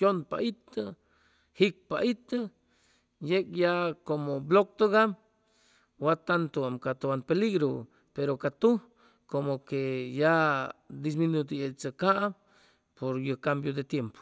yʉnpa itʉ jitpa itʉ teg ya como blok tʉgam wa tantu am ca tʉwan peligru pero ca tuj como que disminuichʉcam por ye cambio de tiempu